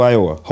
Iowa